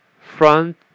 front